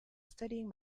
studying